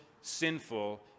sinful